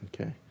Okay